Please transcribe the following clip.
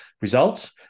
results